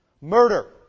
Murder